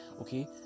Okay